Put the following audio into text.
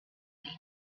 about